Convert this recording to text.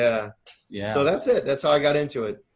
yeah yeah so that's it, that's how i got into it.